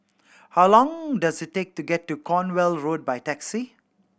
how long does it take to get to Cornwall Road by taxi